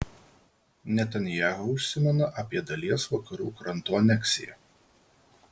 netanyahu užsimena apie dalies vakarų kranto aneksiją